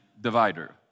divider